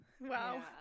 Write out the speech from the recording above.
Wow